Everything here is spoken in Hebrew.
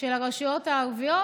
של הרשויות הערביות,